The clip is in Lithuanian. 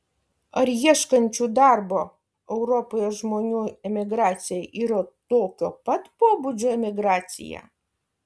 ar ieškančių darbo europoje žmonių emigracija yra tokio pat pobūdžio emigracija